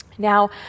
Now